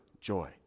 joy